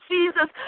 Jesus